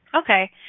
Okay